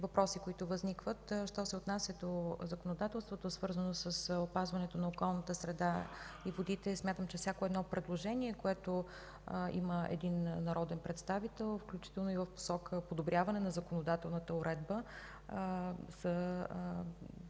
въпроси, които възникват. Що се отнася до законодателството, свързано с опазването на околната среда и водите, смятам, че всяко едно предложение, което има един народен представител, включително и в посока подобряване на законодателната уредба,